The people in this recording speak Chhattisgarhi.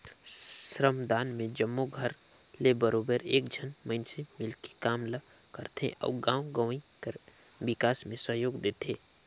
श्रमदान में जम्मो घर ले बरोबेर एक झन मइनसे मिलके काम ल करथे अउ गाँव गंवई कर बिकास में सहयोग देथे